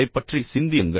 இதைப் பற்றி சிந்தியுங்கள்